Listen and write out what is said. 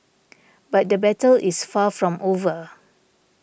but the battle is far from over